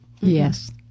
Yes